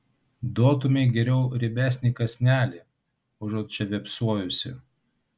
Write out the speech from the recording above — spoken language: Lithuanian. duotumei geriau riebesnį kąsnelį užuot čia vėpsojusi